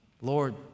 Lord